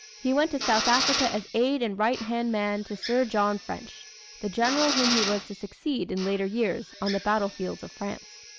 he went to south africa as aide and right-hand man to sir john french the general whom he was to succeed in later years on the battlefields of france.